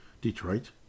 Detroit